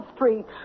Street